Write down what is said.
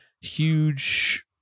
huge